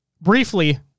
briefly